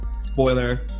spoiler